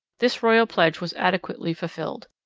this royal pledge was adequately fulfilled.